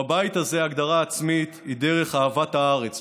בבית הזה הגדרה עצמית היא דרך אהבת הארץ,